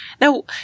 Now